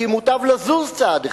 כי מוטב לזוז צעד אחד.